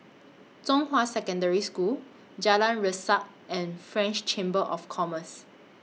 Zhonghua Secondary School Jalan Resak and French Chamber of Commerce